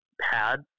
pad